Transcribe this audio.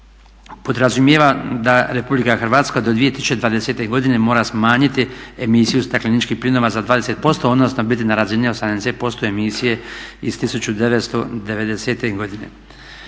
podrazumijeva da Republika Hrvatska do 2020. godine mora smanjiti emisiju stakleničkih plinova za 20%, odnosno biti na razini 80% emisije iz 1990. godine.